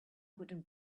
wooden